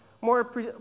More